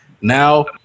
now